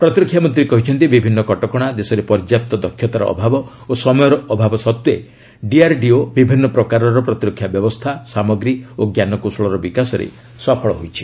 ପ୍ରତିରକ୍ଷାମନ୍ତ୍ରୀ କହିଛନ୍ତି ବିଭିନ୍ନ କଟକଣା ଦେଶରେ ପର୍ଯ୍ୟାପ୍ତ ଦକ୍ଷତାର ଅଭାବ ଓ ସମୟର ଅଭାବ ସତ୍ତ୍ୱେ ଡିଆର୍ଡିଓ ବିଭିନ୍ନ ପ୍ରକାରର ପ୍ରତିରକ୍ଷା ବ୍ୟବସ୍ଥା ସାମଗ୍ରୀ ଓ ୍ଞାନକୌଶଳର ବିକାଶରେ ସଫଳ ହୋଇଛି